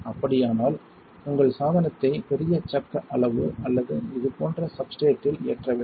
அப்படியானால் உங்கள் சாதனத்தை பெரிய சக் அளவு அல்லது இது போன்ற சப்ஸ்ட்ரேட்டில் ஏற்ற வேண்டும்